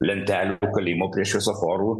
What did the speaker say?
lentelių prikalimo prie šviesoforų